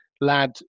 lad